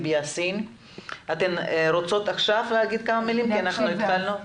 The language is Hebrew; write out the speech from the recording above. ואנחנו מודים לו,